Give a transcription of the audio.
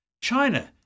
China